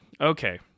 Okay